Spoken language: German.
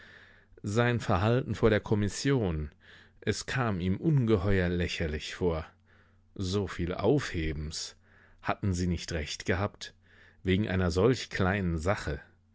sein verhalten vor der kommission es kam ihm ungeheuer lächerlich vor soviel aufhebens hatten sie nicht recht gehabt wegen einer solch kleinen sache